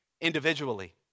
individually